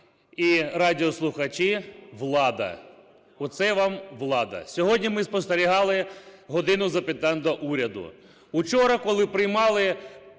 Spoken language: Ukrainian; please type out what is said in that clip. і радіослухачі, влада, оце вам влада. Сьогодні ми спостерігали "годину запитань до Уряду".